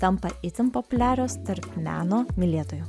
tampa itin populiarios tarp meno mylėtojų